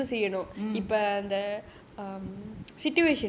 mm